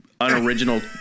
unoriginal